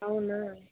అవునా